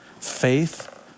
Faith